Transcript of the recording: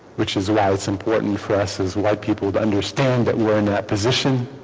which is why it's important for us as white people to understand that we're in that position